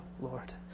Lord